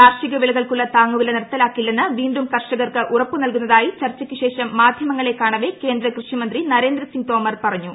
കാർഷിക വിളകൾക്കുള്ള താങ്ങുവില നിർത്തലാക്കില്ലെന്ന് വീണ്ടും കർഷകർക്ക് ഉറപ്പുനൽകുന്നതായി ചർച്ചയ്ക്ക് ശേഷം മാധ്യമങ്ങളെ കാണവേ കേന്ദ്ര കൃഷിമന്ത്രി നരേന്ദ്രസിംഗ് തോമർ പറഞ്ഞു